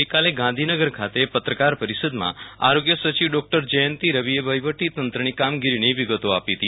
ગઈકાલે ગાંધીનગર ખાતે પત્રકાર પરિષદમાં આરોગ્ય સચિવ ડોક્ટર જયંતી રવિએ વહીવટી તંત્રની કામગીરીની વિગતો આપી હતી